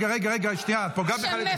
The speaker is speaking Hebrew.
שמפרקת -- את הבעיה.